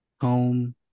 home